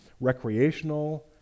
recreational